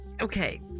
Okay